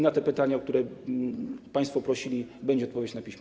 Na te pytania, o które państwo prosili, będzie odpowiedź na piśmie.